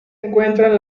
encuentran